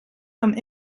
comme